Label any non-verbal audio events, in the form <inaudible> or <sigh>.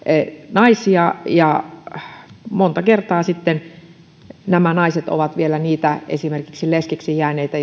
naisia monta kertaa nämä naiset ovat vielä esimerkiksi niitä leskeksi jääneitä <unintelligible>